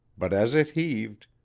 but as it heaved,